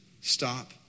stop